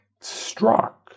struck